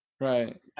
Right